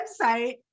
website